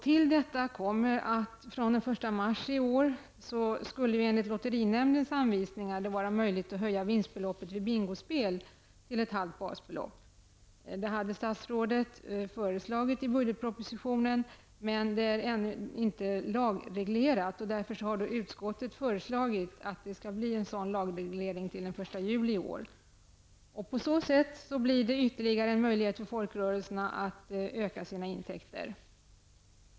Till detta kommer att det enligt lotterinämndens anvisningar från den 1 mars i år skulle vara möjligt att höja vinstbeloppet vid bingospel till ett helt basbelopp. Detta hade statsrådet föreslagit i budgetpropositionen, men det är ännu inte lagreglerat. Därför föreslår utskottet att det skall bli en sådan lagreglering fr.o.m. den 1 juli i år. På så sätt ges folkrörelserna ytterligare en möjlighet att öka sina intäkter.